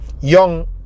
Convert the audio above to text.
young